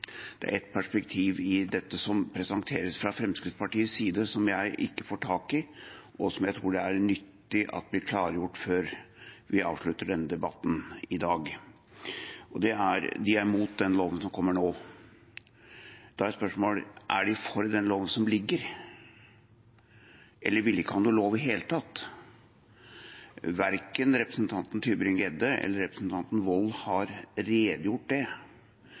ikke får tak i, og som jeg tror det er nyttig at blir klargjort før vi avslutter denne debatten i dag. Fremskrittspartiet er imot den loven som kommer nå. Da er spørsmålet: Er de for den loven som foreligger, eller vil de ikke ha noen lov i det hele tatt? Verken representanten Tybring-Gjedde eller representanten Wold har redegjort for det.